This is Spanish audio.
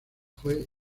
fue